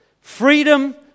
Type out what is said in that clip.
Freedom